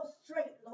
straight